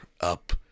up